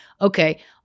Okay